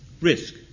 risk